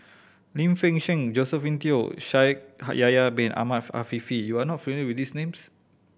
Lim Fei Shen Josephine Teo Shaikh Yahya Bin Ahmed Afifi you are not familiar with these names